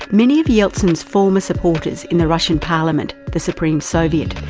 many of yeltsin's former supporters in the russian parliament, the supreme soviet,